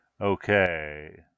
Okay